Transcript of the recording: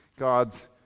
God's